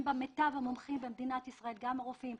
בה מיטב המומחים במדינת ישראל גם רופאים,